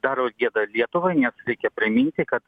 daro gėdą lietuvai nes reikia priminti kad